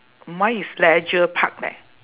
mine is leisure park leh